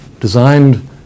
designed